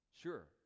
Sure